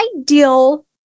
ideal